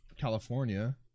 California